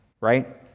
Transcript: right